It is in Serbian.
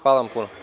Hvala vam puno.